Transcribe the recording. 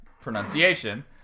Pronunciation